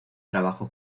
trabajo